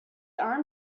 arm